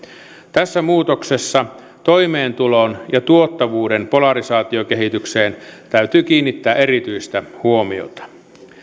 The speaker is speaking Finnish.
tässä muutoksessa toimeentulon ja tuottavuuden polarisaatiokehitykseen täytyy kiinnittää erityistä huomiota